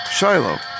Shiloh